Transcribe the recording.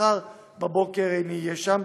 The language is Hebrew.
ומחר בבוקר נהיה שם.